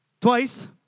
Twice